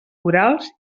orals